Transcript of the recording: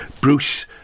Bruce